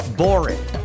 boring